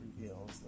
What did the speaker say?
reveals